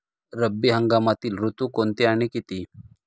रब्बी हंगामातील ऋतू कोणते आणि किती?